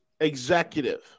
executive